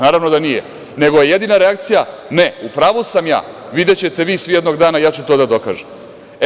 Naravno da nije, nego je jedina reakcija – ne, u pravu sam ja, videćete vi svi jednog dana ja ću to da dokažem.